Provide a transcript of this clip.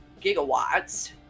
gigawatts